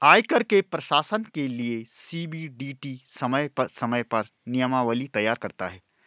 आयकर के प्रशासन के लिये सी.बी.डी.टी समय समय पर नियमावली तैयार करता है